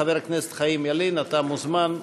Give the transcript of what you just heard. חבר הכנסת חיים ילין, אתה מוזמן,